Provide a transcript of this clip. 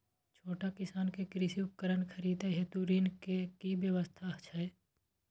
छोट किसान के कृषि उपकरण खरीदय हेतु ऋण के की व्यवस्था छै?